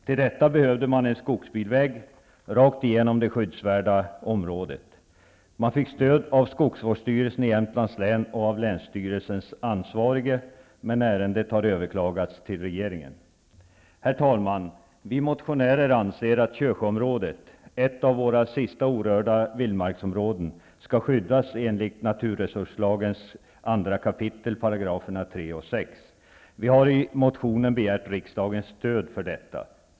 Till detta behövde man en skogsbilväg, rakt igenom det skyddsvärda området. Man fick stöd av skogsvårdsstyrelsen i Jämtlands län och av länsstyrelsens ansvarige, men ärendet har överklagats till regeringen. Herr talman! Vi motionärer anser att Kösjöområdet -- ett av våra sista orörda vildmarksområden -- skall skyddas enligt naturresurslagens 2 kap. §§ 3 och 6. Vi har i motionen begärt riksdagens stöd för detta.